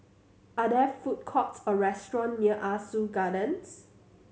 are there food courts or restaurant near Ah Soo Gardens